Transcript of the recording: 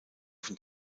von